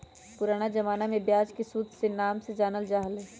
पुराना जमाना में ब्याज के सूद के नाम से जानल जा हलय